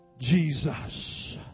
Jesus